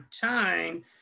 time